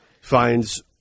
finds